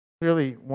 clearly